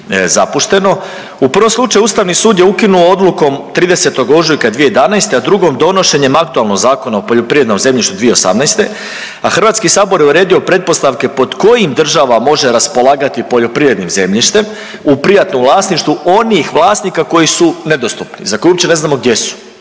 U prvom slučaju ustavni sud je ukinuo odlukom 30. ožujka 2011., a drugom donošenjem aktualnog Zakona o poljoprivrednom zemljištu 2018., a HS je uredio pretpostavke pod kojim država može raspolagati poljoprivrednim zemljištem u privatnom vlasništvu onih vlasnika koji su nedostupni, za koje uopće ne znaju gdje su.